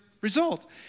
result